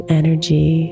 energy